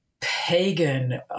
pagan